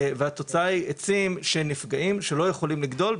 והתוצאה היא - עצים שנפגעים שלא יכולים לגדול,